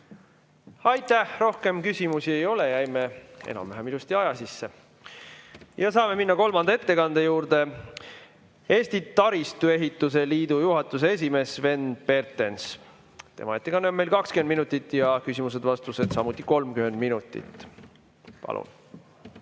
Aitäh! Rohkem küsimusi ei ole, jäime enam-vähem ilusti aja sisse. Saame minna kolmanda ettekande juurde. Eesti Taristuehituse Liidu juhatuse esimehe Sven Pertensi ettekanne on 20 minutit ning küsimused ja vastused 30 minutit. Palun!